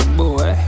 boy